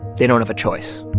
they don't have a choice